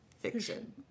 Fiction